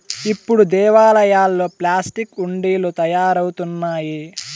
ఇప్పుడు దేవాలయాల్లో ప్లాస్టిక్ హుండీలు తయారవుతున్నాయి